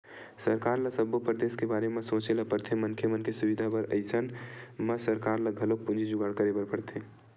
सरकार ल सब्बो परदेस के बारे म सोचे ल परथे मनखे मन के सुबिधा बर अइसन म सरकार ल घलोक पूंजी जुगाड़ करे बर परथे